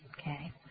Okay